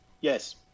Yes